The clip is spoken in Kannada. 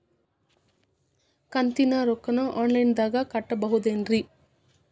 ಕಂತಿನ ರೊಕ್ಕನ ಆನ್ಲೈನ್ ದಾಗ ಕಟ್ಟಬಹುದೇನ್ರಿ?